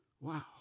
Wow